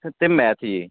ਹ ਅਤੇ ਮੈਂਥ ਜੀ